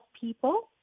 people